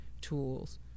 tools